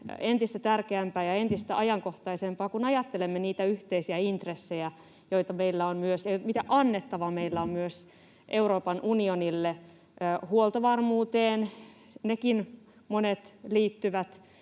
entistä tärkeämpää ja entistä ajankohtaisempaa, kun ajattelemme niitä yhteisiä intressejä, joita meillä on, ja sitä, mitä annettavaa meillä on myös Euroopan unionille. Huoltovarmuuteen nekin monet liittyvät,